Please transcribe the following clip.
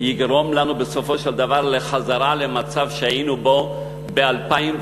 יגרום לנו בסופו של דבר לחזרה למצב שהיינו בו ב-2010,